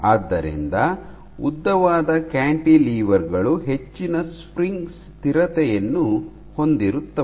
ಆದ್ದರಿಂದ ಉದ್ದವಾದ ಕ್ಯಾಂಟಿಲಿವರ್ ಗಳು ಹೆಚ್ಚಿನ ಸ್ಪ್ರಿಂಗ್ ಸ್ಥಿರತೆಯನ್ನು ಹೊಂದಿರುತ್ತವೆ